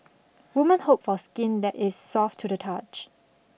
women hope for skin that is soft to the touch